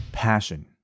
passion